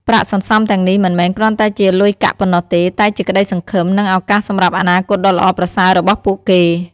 ប្រាក់សន្សំទាំងនេះមិនមែនគ្រាន់តែជាលុយកាក់ប៉ុណ្ណោះទេ តែជាក្ដីសង្ឃឹម និងឱកាសសម្រាប់អនាគតដ៏ល្អប្រសើររបស់ពួកគេ។